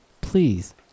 please